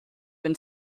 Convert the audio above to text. been